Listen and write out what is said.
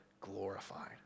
glorified